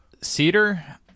cedar